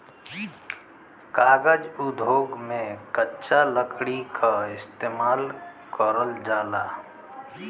कागज उद्योग में कच्चा लकड़ी क इस्तेमाल करल जाला